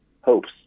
hopes